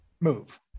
move